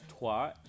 twat